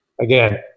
Again